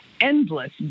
endless